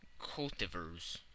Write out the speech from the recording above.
cultivars